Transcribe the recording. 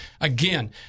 Again